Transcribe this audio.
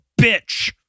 bitch